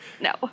no